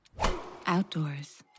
outdoors